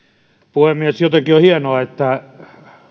puhemies jotenkin on hienoa että